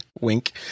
wink